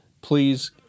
please